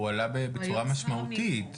הוא עלה בצורה משמעותית.